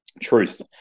truth